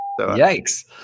yikes